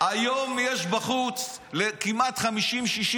היום יש בחוץ כמעט 50,000,